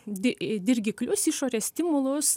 di dirgiklius išorės stimulus